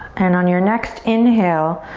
and on your next inhale,